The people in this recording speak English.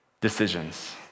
decisions